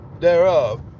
thereof